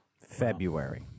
February